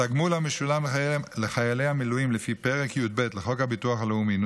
התגמול המשולם לחיילי המילואים לפי פרק י"ב לחוק הביטוח הלאומי ,